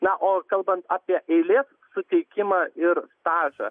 na o kalbant apie eilės suteikimą ir stažą